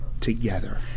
together